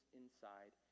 inside